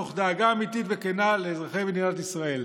תוך דאגה אמיתית וכנה לאזרחי מדינת ישראל.